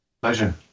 Pleasure